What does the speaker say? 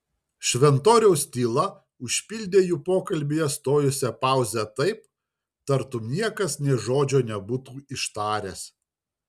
šventoriaus tyla užpildė jų pokalbyje stojusią pauzę taip tartum niekas nė žodžio nebūtų ištaręs